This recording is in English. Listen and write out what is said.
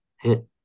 hit